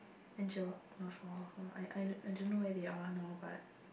Angel I I don't know where they are now but